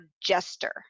jester